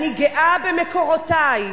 אני גאה במקורותי.